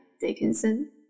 Dickinson